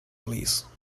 please